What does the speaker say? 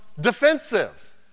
defensive